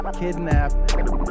kidnapped